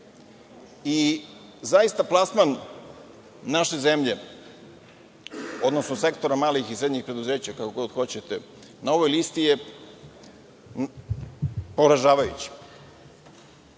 Zaista, plasman naše zemlje, odnosno sektora malih i srednjih preduzeća, kako god hoćete, na ovoj listi je poražavajući.